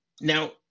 now